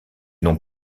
noms